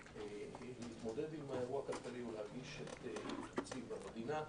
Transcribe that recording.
להתמודד עם האירוע הכלכלי ולהגיש את תקציב המדינה,